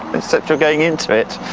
but except you're going into it!